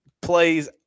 plays